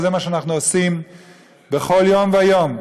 וזה מה שאנחנו עושים בכל יום ויום,